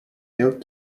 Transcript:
built